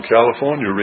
California